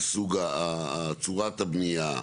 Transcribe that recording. סוג צורת הבניה,